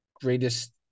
greatest